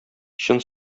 чын